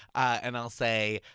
and i'll say,